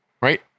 right